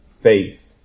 faith